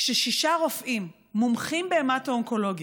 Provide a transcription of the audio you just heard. כששישה רופאים מומחים בהמטו-אונקולוגיה,